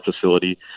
facility